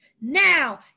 now